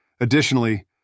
Additionally